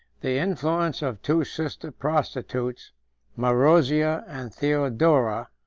the influence of two sister prostitutes marozia and theodora,